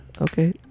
Okay